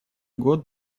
год